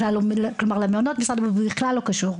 כלומר למעונות משרד הבריאות בכלל לא קשור,